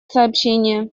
сообщения